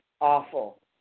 awful